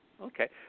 Okay